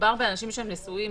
-- מדובר באנשים נשואים.